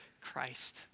Christ